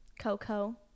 Coco